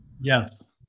Yes